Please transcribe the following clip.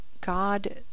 God